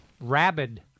rabid